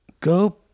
go